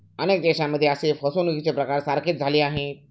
अनेक देशांमध्ये असे फसवणुकीचे प्रकार सारखेच झाले आहेत